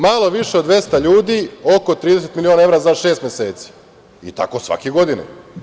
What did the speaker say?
Malo više od 200 ljudi oko 30 miliona evra za šest meseci i tako svake godine.